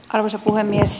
arvoisa puhemies